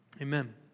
Amen